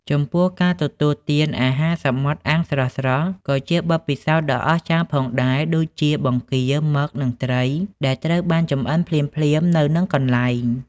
ចំពោះការទទួលទាន អាហារសមុទ្រអាំង ស្រស់ៗ ក៏ជាបទពិសោធន៍ដ៏អស្ចារ្យផងដែរ ដូចជាបង្គា មឹក និងត្រី ដែលត្រូវបានចម្អិនភ្លាមៗនៅនឹងកន្លែង។